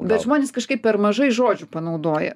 bet žmonės kažkaip per mažai žodžių panaudoja